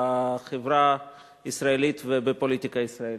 בחברה הישראלית ובפוליטיקה הישראלית.